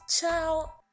Ciao